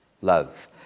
love